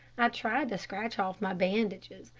i tried to scratch off my bandages,